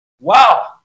Wow